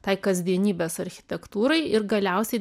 tai kasdienybės architektūrai ir galiausiai